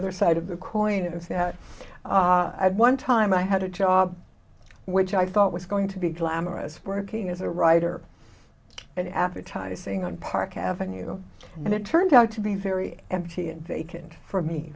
other side of the coin is that i had one time i had a job which i thought was going to be glamorous working as a writer and appetising on park avenue and it turned out to be very empty and vacant for me